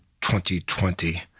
2020